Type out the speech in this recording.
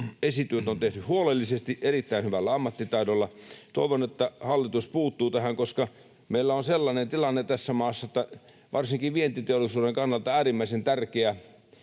Esitys on tehty huolellisesti, erittäin hyvällä ammattitaidolla. Toivon, että hallitus puuttuu tähän, koska meillä on sellainen tilanne tässä maassa, että varsinkin vientiteollisuuden kannalta äärimmäisen tärkeä